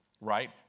right